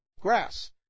grass